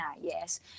yes